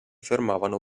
fermavano